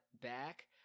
back